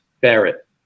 Barrett